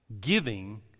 giving